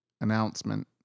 announcement